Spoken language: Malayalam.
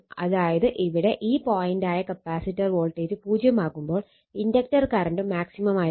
അതായത് ഇവിടെ ഈ പോയിന്റായ കപ്പാസിറ്റർ വോൾട്ടേജ് പൂജ്യം ആകുമ്പോൾ ഇൻഡക്റ്റർ കറണ്ട് മാക്സിമം ആയിരിക്കും